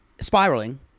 spiraling